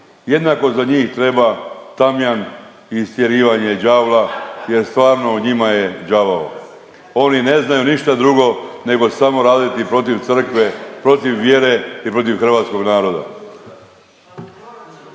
jednako za njih treba tamjan i istjerivanje đavla jer stvarno u njima je đavao. Oni ne znaju ništa drugo nego samo raditi protiv crkve, protiv vjere i protiv hrvatskog naroda.